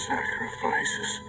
Sacrifices